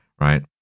right